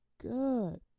good